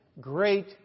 great